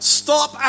stop